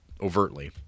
overtly